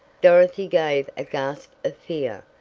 dorothy gave a gasp of fear,